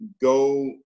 Go